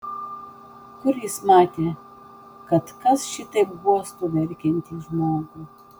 kur jis matė kad kas šitaip guostų verkiantį žmogų